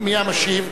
מי המשיב?